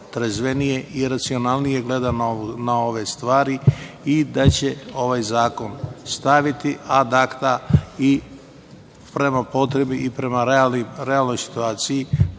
trezvenije i racionalnije gleda na ove stvari i da će ovaj zakon staviti ad akta i prema potrebi i prema realnoj situaciji